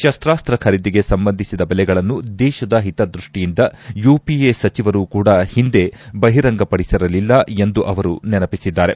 ಶಸ್ತಾಸ್ತ ಖರೀದಿಗೆ ಸಂಬಂಧಿಸಿದ ಬೆಲೆಗಳನ್ನು ದೇಶದ ಹಿತದೃಷ್ಷಿಯಿಂದ ಯುಪಿಎ ಸಚಿವರೂ ಕೂಡ ಹಿಂದೆ ಬಹಿರಂಗಪಡಿಸಿರಲಿಲ್ಲ ಎಂದು ಅವರು ನೆನಪಿಸಿದ್ದಾರೆ